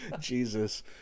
Jesus